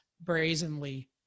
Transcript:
brazenly